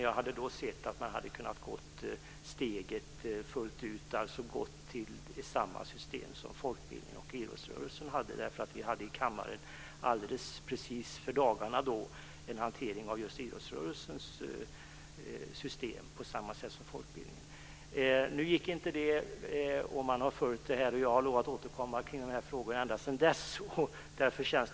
Jag hade gärna sett att man då hade tagit steget fullt ut och infört samma system som för folkbildningen och idrottsrörelsen. Vi hade då i kammaren i dagarna just hanterat idrottsrörelsens och folkbildningens system. Nu blev det inte så. Man har följt dessa frågor, och jag har lovat att återkomma till dem ända sedan beslutet fattades.